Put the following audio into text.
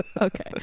Okay